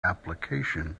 application